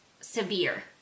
severe